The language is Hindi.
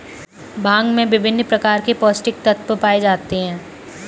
भांग में विभिन्न प्रकार के पौस्टिक तत्त्व पाए जाते हैं